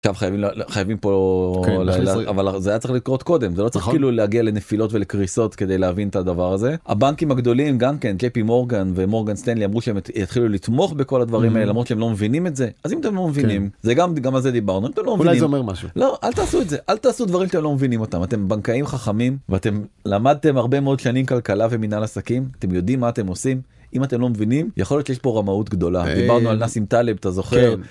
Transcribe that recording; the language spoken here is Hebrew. טוב, חייבים ל...ל... חייבים פה... כן, להכניס רגע... חייבים... אבל זה היה צריך לקרות קודם. זה לא צריך כאילו להגיע לנפילות ולקריסות כדי להבין את הדבר הזה. הבנקים הגדולים גם כן, KP Morgan ומורגן סטנלי אמרו שהם יתחילו לתמוך בכל הדברים האלה, למרות שהם לא מבינים את זה. אז אם אתם לא מבינים, זה גם, גם על זה דיברנו, אם אתם לא מבינים, אולי זה אומר משהו. לא, אל תעשו את זה. אל תעשו דברים שאתם לא מבינים אותם. אתם בנקאים חכמים, ואתם למדתם הרבה מאוד שנים כלכלה ומנהל עסקים, אתם יודעים מה אתם עושים, אם אתם לא מבינים יכול להיות שיש פה רמאות גדולה. דיברנו על נאסים טאלב, אתה זוכר? כן.